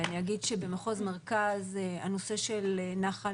ואני אגיד שבמחוז מרכז הנושא של נחל